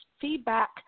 feedback